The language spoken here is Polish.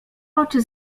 oczy